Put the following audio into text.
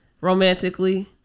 romantically